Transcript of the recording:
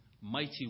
mighty